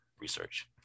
research